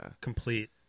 complete